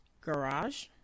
garage